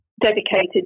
dedicated